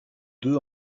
deux